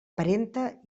parenta